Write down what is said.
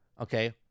okay